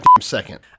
second